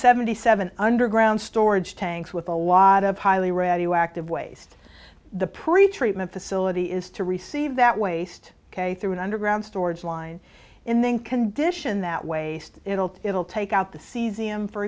seventy seven underground storage tanks with a lot of highly radioactive waste the pretreatment facility is to receive that waste ok through an underground storage line in the in condition that waste it'll it'll take out the